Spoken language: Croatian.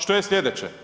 Što je sljedeće?